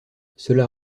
cela